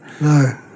No